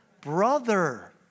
brother